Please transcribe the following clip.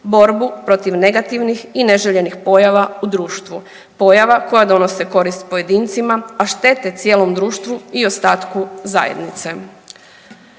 borbu protiv negativnih i neželjenih pojava u društvu, pojava koje donose korist pojedincima, a štete cijelom društvu i ostatku zajednice.